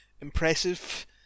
impressive